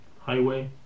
highway